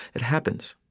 it happens.